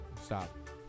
Stop